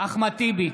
אחמד טיבי,